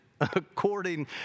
According